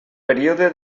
període